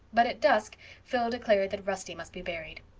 but at dusk phil declared that rusty must be buried.